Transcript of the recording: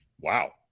Wow